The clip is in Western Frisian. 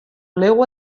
leau